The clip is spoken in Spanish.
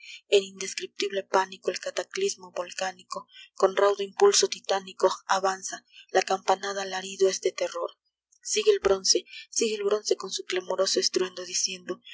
en indescriptible pánico el cataclismo volcánico con raudo impulso titánico avanza la campanada alarido es de terror sigue el bronce sigue el bronce con su clamoroso estruendo diciendo